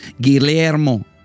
Guillermo